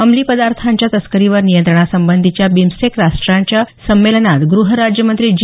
अंमली पदार्थांच्या तस्करीवर नियंत्रणासंबंधीच्या बिमस्टेक राष्ट्रांच्या संमेलनात गृह राज्यमंत्री जी